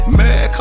mad